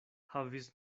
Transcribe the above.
havis